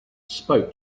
spoke